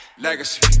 Legacy